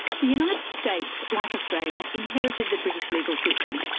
the united states, like australia, inherited the british legal system,